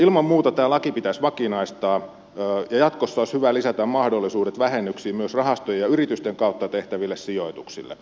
ilman muuta tämä laki pitäisi vakinaistaa ja jatkossa olisi hyvä lisätä mahdollisuudet vähennyksiin myös rahastojen ja yritysten kautta tehtäville sijoituksille